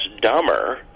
dumber